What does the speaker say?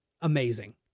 Amazing